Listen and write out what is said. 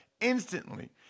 instantly